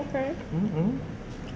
mmhmm